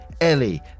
ellie